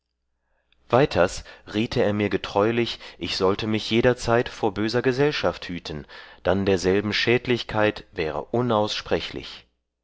weiters riete er mir getreulich ich sollte mich jederzeit vor böser gesellschaft hüten dann derselben schädlichkeit wäre